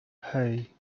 hej